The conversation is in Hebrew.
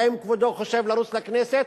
האם כבודו חושב לרוץ לכנסת?